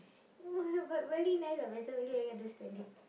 no but but very nice lah my sir very understanding